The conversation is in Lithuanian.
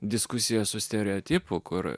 diskusija su stereotipu kur